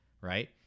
right